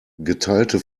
geteilte